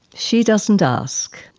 she doesn't ask.